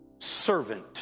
servant